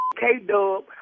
K-Dub